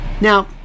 Now